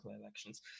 elections